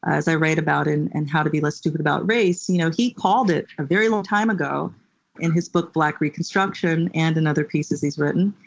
as i write about in and how to be less stupid about race, you know he called it a very long time ago in his book black reconstruction, and in and other pieces he's written.